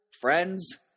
friends